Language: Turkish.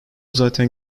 zaten